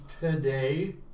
today